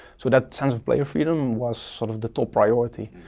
so that sense of player freedom was sort of the top priority.